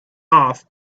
off